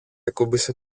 ακούμπησε